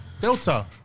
Delta